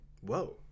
Whoa